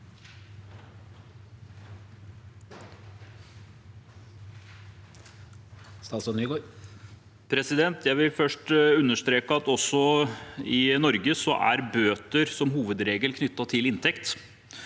Jeg vil først understreke at også i Norge er bøter som hovedregel knyttet til inntekt.